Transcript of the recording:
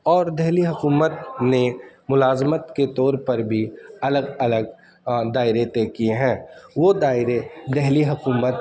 اور دہلی حکومت نے ملازمت کے طور پر بھی الگ الگ دائرے طے کیے ہیں وہ دائرے دہلی حکومت